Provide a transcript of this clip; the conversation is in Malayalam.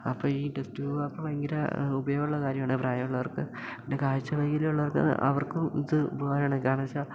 അപ്പം ഈ ടെസ്റ്റു ആപ്പ് ഭയങ്കര ഉപയോഗമുള്ള കാര്യമാണ് പ്രായമുള്ളവർക്ക് പിന്നെ കാഴ്ച വൈകല്യമുള്ളവർക്ക് അവർക്കും ഇത് ഉപകാരാണ് കാരണം വെച്ചാൽ